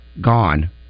gone